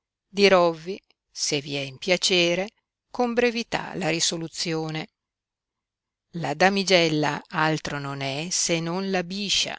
raccontata dirovvi se vi è in piacere con brevità la resoluzione la damigella altro non è se non la biscia